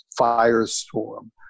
firestorm